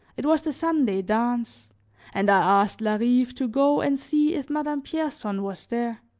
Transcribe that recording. it was the sunday dance and i asked larive to go and see if madame pierson was there.